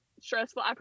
stressful